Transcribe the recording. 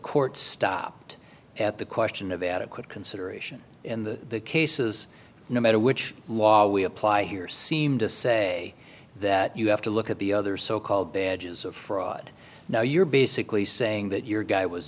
court stopped at the question of adequate consideration in the cases no matter which law we apply here seem to say that you have to look at the other so called bad is a fraud now you're basically saying that your guy was